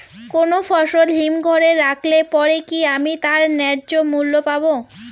কোনো ফসল হিমঘর এ রাখলে পরে কি আমি তার ন্যায্য মূল্য পাব?